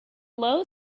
low